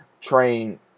train